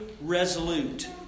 resolute